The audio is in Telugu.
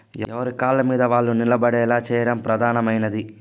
ఎవరి కాళ్ళమీద వాళ్ళు నిలబడేలా చేయడం ప్రధానమైనది